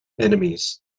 enemies